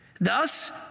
Thus